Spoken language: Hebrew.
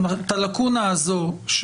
אנחנו על פניו מסרבים